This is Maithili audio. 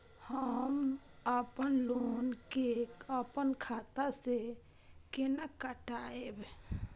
हम अपन लोन के अपन खाता से केना कटायब?